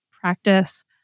practice